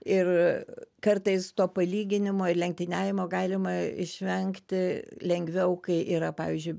ir kartais to palyginimo ir lenktyniavimo galima išvengti lengviau kai yra pavyzdžiui